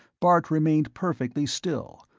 bart remained perfectly still,